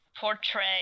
portray